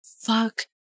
fuck